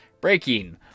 Breaking